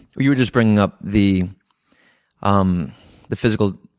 we were just bringing up the um the physical